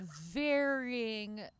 varying